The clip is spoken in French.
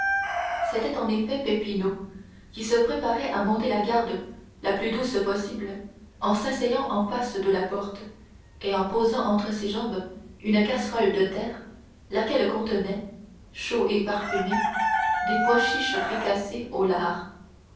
c'était en effet peppino qui se préparait à monter la garde la plus douce possible en s'asseyant en face de la porte et en posant entre ses deux jambes une casserole de terre laquelle contenait chauds et parfumés des pois chiches fricassés au lard